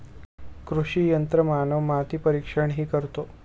कृषी यंत्रमानव माती परीक्षणही करतो